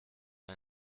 ein